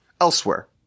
elsewhere